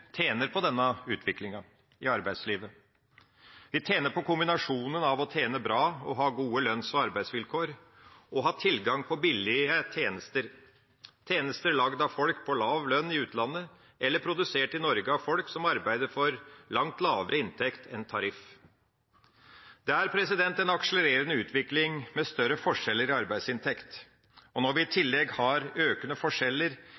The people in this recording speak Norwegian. tjener på denne utviklinga i arbeidslivet. Vi tjener på kombinasjonen av å tjene bra og ha gode lønns- og arbeidsvilkår og ha tilgang på billige tjenester – tjenester laget av folk på lav lønn i utlandet, eller produsert i Norge av folk som arbeider for langt lavere inntekt enn tariff. Det er en akselererende utvikling med større forskjeller i arbeidsinntekt. Når vi i tillegg har økende forskjeller